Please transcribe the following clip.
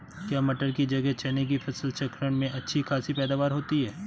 क्या मटर की जगह चने की फसल चक्रण में अच्छी खासी पैदावार होती है?